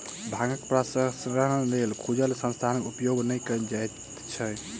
भांगक प्रसंस्करणक लेल खुजल स्थानक उपयोग नै कयल जाइत छै